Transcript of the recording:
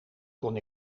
kon